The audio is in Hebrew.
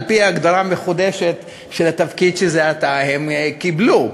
על-פי ההגדרה המחודשת של התפקיד שזה עתה הם קיבלו.